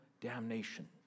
damnation